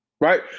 Right